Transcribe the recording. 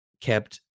kept